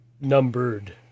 numbered